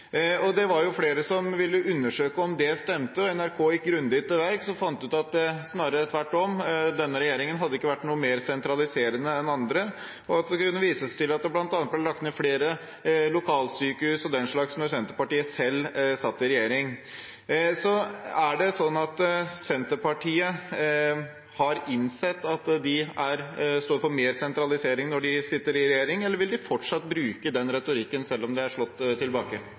Norge. Det var flere som ville undersøke om det stemte. NRK gikk grundig til verks og fant ut at det var snarere tvert om – denne regjeringen hadde ikke vært noe mer sentraliserende enn andre, og det kunne vises til at det bl.a. ble lagt ned flere lokalsykehus og den slags mens Senterpartiet selv satt i regjering. Er det slik at Senterpartiet har innsett at de står for mer sentralisering når de sitter i regjering, eller vil de fortsatt bruke den retorikken, selv om det er slått tilbake?